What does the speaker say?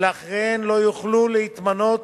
ואחריהן לא יוכל להתמנות